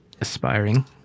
aspiring